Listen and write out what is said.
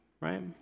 Right